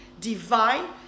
divine